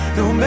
no